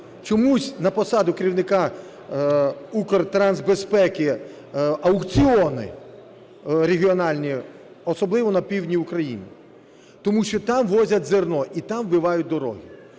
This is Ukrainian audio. чомусь на посаду керівника Укртрансбезпеки – аукціони регіональні, особливо на півдні України. Тому що там возять зерно і там вбивають дороги.